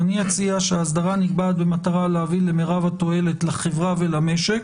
אני אציע: "האסדרה נקבעת במטרה להביא למרב התועלת לחברה ולמשק